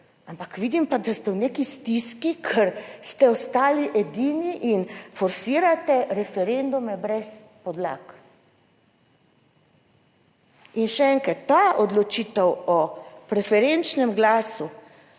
ampak vidim pa, da ste v neki stiski, ker ste ostali edini in forsirate referendume brez podlag. In še enkrat, ta odločitev o preferenčnem glasu